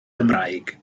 gymraeg